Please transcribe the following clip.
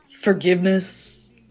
forgiveness